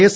S